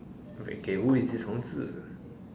okay we who is this